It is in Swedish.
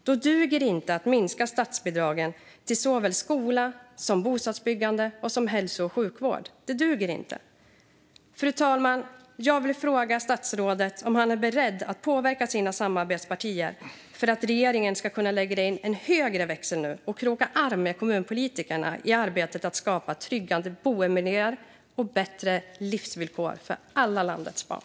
Då duger det inte att minska statsbidragen till skola, bostadsbyggande och hälso och sjukvård. Fru talman! Jag vill fråga statsrådet om han är beredd att påverka sina samarbetspartier för att regeringen ska kunna lägga i en högre växel och kroka arm med kommunpolitikerna i arbetet med att skapa trygga boendemiljöer och bättre livsvillkor för alla landets barn.